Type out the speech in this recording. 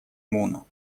муну